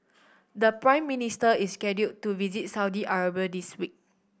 the Prime Minister is scheduled to visit Saudi Arabia this week